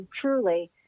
truly